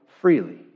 freely